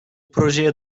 projeye